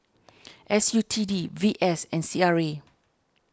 S U T D V S and C R A